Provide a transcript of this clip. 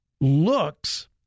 looks